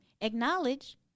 Acknowledge